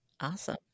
Awesome